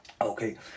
Okay